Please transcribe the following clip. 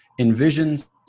envisions